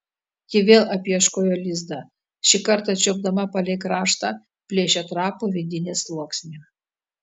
ji vėl apieškojo lizdą šį kartą čiuopdama palei kraštą plėšė trapų vidinį sluoksnį